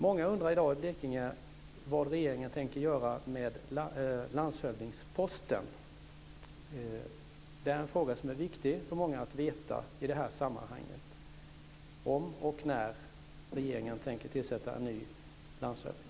Många i Blekinge undrar i dag vad regeringen tänker göra med landshövdingsposten. Det är viktigt för många att veta det i det här sammanhanget. Om och när tänker regeringen tillsätta en ny landshövding?